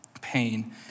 pain